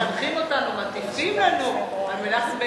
מחנכים אותנו, מטיפים לנו על מנחם בגין.